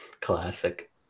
Classic